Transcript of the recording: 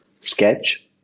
sketch